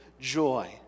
joy